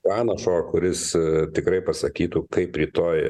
pranašo kuris tikrai pasakytų kaip rytoj